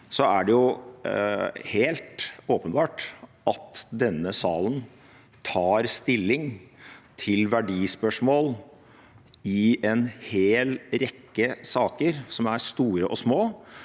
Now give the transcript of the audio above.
er det helt åpenbart at denne salen tar stilling til verdispørsmål i en hel rekke saker som er store og små,